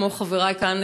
כמו חברי כאן,